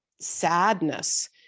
sadness